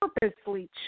purposely